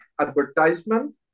advertisement